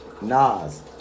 Nas